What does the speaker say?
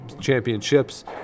championships